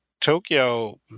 Tokyo